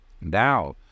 Now